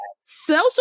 Social